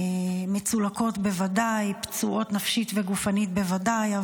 הן מצולקות בוודאי, פצועות נפשית וגופנית בוודאי.